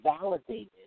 validated